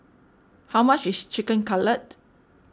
how much is Chicken Cutlet